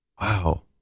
Wow